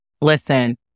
Listen